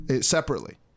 separately